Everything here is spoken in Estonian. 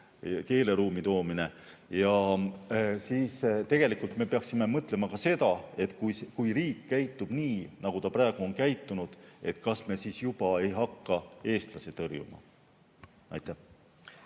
keeleruumi toomine. Aga tegelikult me peaksime mõtlema ka seda, et kui riik käitub nii, nagu ta on käitunud, kas me ei hakka eestlasi tõrjuma. Aitäh,